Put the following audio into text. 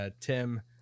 Tim